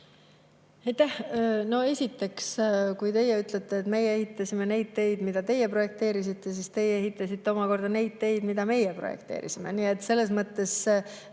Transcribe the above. esiteks, kui teie ütlete, et meie ehitasime neid teid, mida teie projekteerisite, siis teie ehitasite omakorda neid teid, mida meie projekteerisime. Nii et selles mõttes